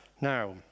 Now